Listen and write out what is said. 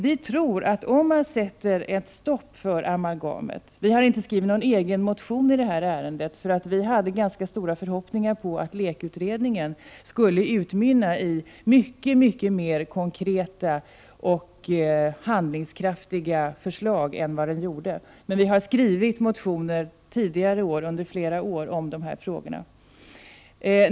Vi har inte väckt någon egen motion i ärendet, eftersom vi hade ganska stora förhoppningar på att LEK-utredningen skulle utmynna i mycket mer konkreta och handlingskraftiga förslag än vad som blev fallet, men vi har tidigare motionerat i dessa frågor under flera år.